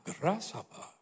grasshopper